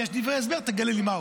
יש דברי הסבר, תגלה לי מהם.